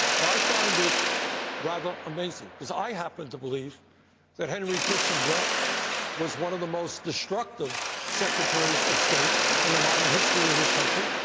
now, i find it rather amazing, because i happen to believe that henry kissinger was one of the most destructive secretaries of state in the modern history of this country.